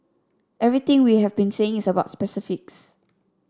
everything we have been saying is about specifics